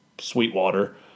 Sweetwater